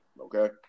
okay